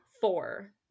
Four